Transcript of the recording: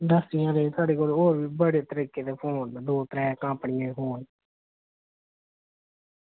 साढ़े कोल होर बी तरीके दे फोन न दो त्रै कंपनियें दे फोन